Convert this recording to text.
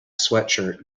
sweatshirt